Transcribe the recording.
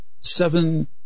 seven